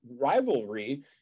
rivalry